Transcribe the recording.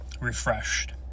refreshed